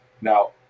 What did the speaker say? Now